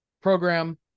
program